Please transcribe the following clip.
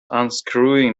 unscrewing